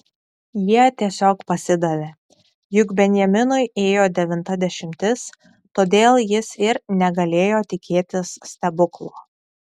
jie tiesiog pasidavė juk benjaminui ėjo devinta dešimtis todėl jis ir negalėjo tikėtis stebuklo